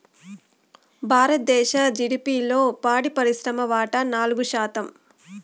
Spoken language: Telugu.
భారతదేశ జిడిపిలో పాడి పరిశ్రమ వాటా నాలుగు శాతం